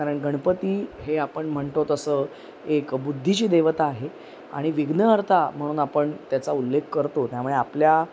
कारण गणपती हे आपण म्हणतो तसं एक बुद्धीची देवता आहे आणि विग्न अर्था म्हणून आपण त्याचा उल्लेख करतो त्यामुळे आपल्या